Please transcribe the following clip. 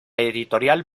editorial